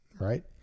right